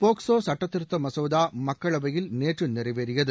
POCSO சட்டத்திருத்த மசோதா மக்களவையில் நேற்று நிறைவேறியது